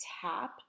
tap